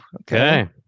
okay